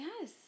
Yes